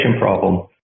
problem